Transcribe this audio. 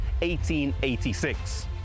1886